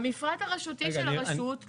המפרט הרשותי של הרשות.